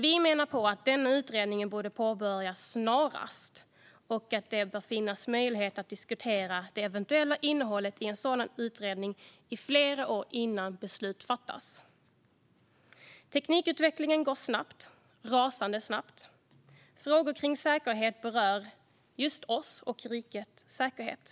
Vi menar dock att denna utredning borde påbörjas snarast och att det bör finnas möjlighet att diskutera det eventuella innehållet i en sådan utredning i flera år innan ett beslut fattas. Teknikutvecklingen går snabbt, rasande snabbt. Frågor kring säkerhet berör just oss och rikets säkerhet.